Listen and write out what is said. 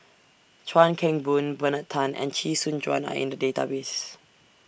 Chuan Keng Boon Bernard Tan and Chee Soon Juan Are in The Database